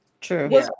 True